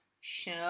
show